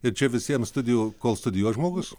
ir čia visiems studijų kol studijuos žmogus